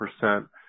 percent